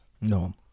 No